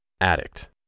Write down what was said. Addict